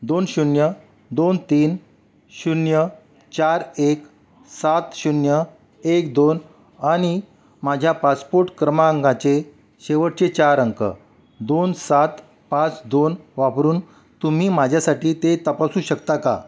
दोन शून्य दोन तीन शून्य चार एक सात शून्य एक दोन आणि माझ्या पासपोर्ट क्रमांकाचे शेवटचे चार अंक दोन सात पाच दोन वापरून तुम्ही माझ्यासाठी ते तपासू शकता का